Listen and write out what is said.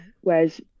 whereas